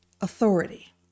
authority